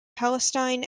palestine